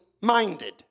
minded